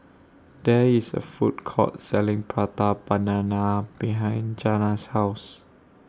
There IS A Food Court Selling Prata Banana behind Jana's House